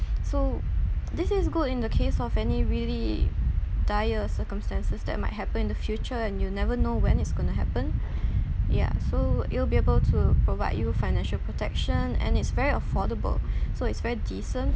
so this is good in the case of any really dire circumstances that might happen in the future and you'll never know when it's gonna happen ya so it'll be able to provide you financial protection and it's very affordable so it's very decent